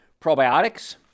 Probiotics